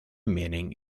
meaning